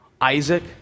Isaac